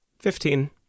fifteen